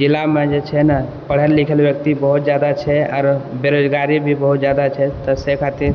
जिलामे जे छै ने पढ़ल लिखल व्यक्ति बहुत ज्यादा छै आरो बेरोजगारी भी बहुत ज्यादा छै तऽ से खातिर